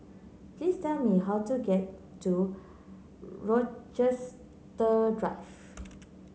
please tell me how to get to Rochester Drive